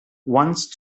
once